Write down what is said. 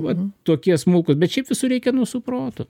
vat tokie smulkūs bet šiaip visur reikia nu su protu